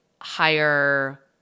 higher